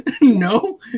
No